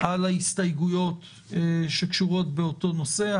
על ההסתייגויות שקשורות באותו נושא.